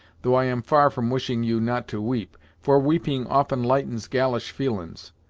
though i am far from wishing you not to weep for weeping often lightens galish feelin's.